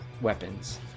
weapons